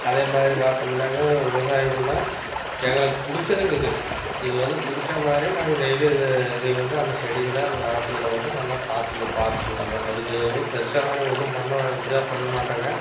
அதே மாதிரி பார்த்தோமுன்னாங்க விவசாயமுன்னால் எங்களுக்கு பிடிச்சதுங்க இது இது வந்து பிடிச்சா மாதிரி நாங்கள் டெய்லியும் இதை வந்து அந்த செடிகளை அந்த நாத்துகளை வந்து நல்லா பார்த்துக்க பார்த்துக்குவோங்க அதுக்கு எதுவும் பெருசாக நாங்கள் ஒன்றும் பண்ண இதாக பண்ண மாட்டோங்க